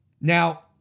Now